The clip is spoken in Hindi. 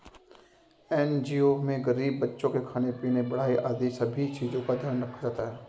एन.जी.ओ में गरीब बच्चों के खाने पीने, पढ़ाई आदि सभी चीजों का ध्यान रखा जाता है